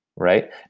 Right